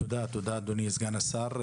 תודה, אדוני סגן השר.